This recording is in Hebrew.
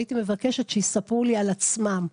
והייתי מבקשת שיספרו לי על עצמם.